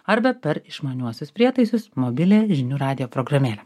arba per išmaniuosius prietaisus mobilią žinių radijo programėlę